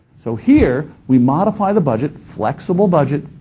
so here we modify the budget, flexible budget,